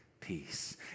peace